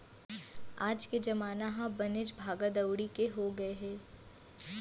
आज के जमाना ह बनेच भागा दउड़ी के हो गए हे